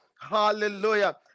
Hallelujah